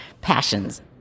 passions